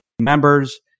members